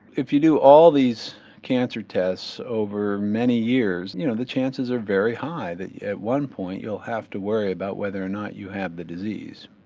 if you do all these cancer tests over many years you know the chances are very high that one point you will have to worry about whether or not you have the disease.